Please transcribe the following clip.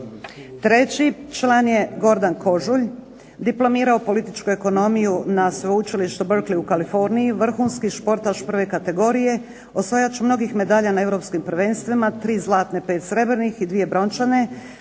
Treći član je Gordan Kožulj, diplomirao političku ekonomiju na sveučilištu Berkley u Kaliforniji, vrhunski športaš prve kategorije, osvajač mnogih medalja na europskim prvenstvima 3 zlatne, 5 srebrnih i dvije brončane,